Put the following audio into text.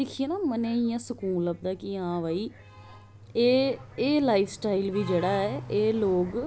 ते ओह् चीजां दिक्खी ना मन गी इयां सकूल लभदा कि हा बाई एह् लाइफ स्टाइल बी जेहडा ऐ एह् लोक इद्धर